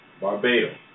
Barbados